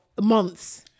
months